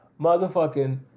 Motherfucking